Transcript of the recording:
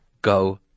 Go